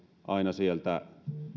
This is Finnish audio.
aina sieltä